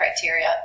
criteria